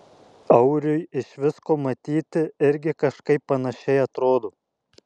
auriui iš visko matyti irgi kažkaip panašiai atrodo